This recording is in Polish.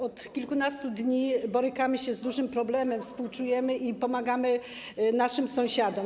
Od kilkunastu dni borykamy się z dużym problemem, współczujemy i pomagamy naszym sąsiadom.